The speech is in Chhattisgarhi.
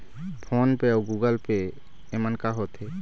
फ़ोन पे अउ गूगल पे येमन का होते?